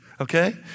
Okay